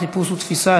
חיפוש ותפיסה),